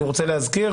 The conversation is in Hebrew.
אני רוצה להזכיר